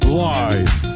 live